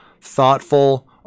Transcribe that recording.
thoughtful